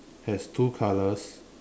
has two colors